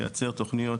לייצר תוכניות